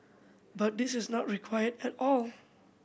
but this is not required at all